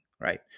right